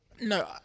No